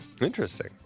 Interesting